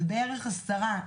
ובערך עשרה,